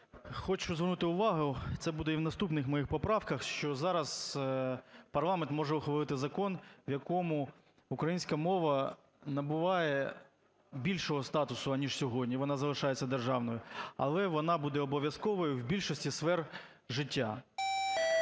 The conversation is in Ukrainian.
хочу звернути увагу, це буде і в наступних моїх поправках, що зараз парламент може ухвалити закон, у якому українська мова набуває більшого статусу, аніж сьогодні, вона залишається державною, але вона буде обов'язковою у більшості сфер життя.